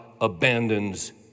abandons